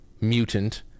mutant